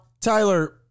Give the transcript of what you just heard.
tyler